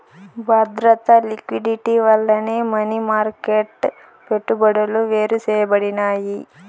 బద్రత, లిక్విడిటీ వల్లనే money market పెట్టుబడులు వేరుసేయబడినాయి